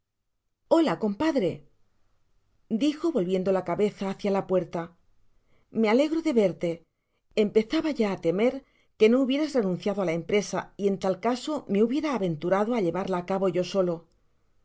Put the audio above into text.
ola compadre dijo volviendo la cabeza bacia la puerta me alegro de verte empezaba ya á temer que no hubieras renunciado á la empresa y en tal caso me hubiera aventurado á llevarla á cabo yo solo